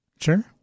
Sure